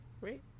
Right